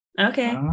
Okay